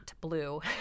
blue